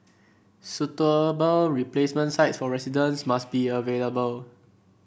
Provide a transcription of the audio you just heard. suitable replacement sites for residents must be available